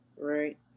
right